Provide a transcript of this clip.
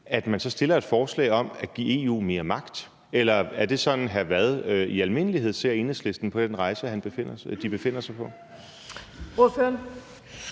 at man så fremsætter et forslag om at give EU mere magt, eller er det sådan, hr. Frederik Vad i almindelighed ser Enhedslisten på den rejse, de befinder sig på?